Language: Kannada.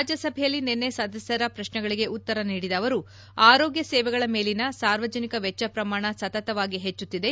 ರಾಜ್ಜಸಭೆಯಲ್ಲಿ ನಿನ್ನೆ ಸದಸ್ತರ ಪ್ರಶ್ನೆಗಳಗೆ ಉತ್ತರ ನೀಡಿದ ಅವರು ಆರೋಗ್ಯ ಸೇವೆಗಳ ಮೇಲಿನ ಸಾರ್ವಜನಿಕ ವೆಚ್ಚ ಪ್ರಮಾಣ ಸತತವಾಗಿ ಹೆಚ್ಚುತ್ತಿದೆ